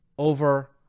over